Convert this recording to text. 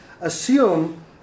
assume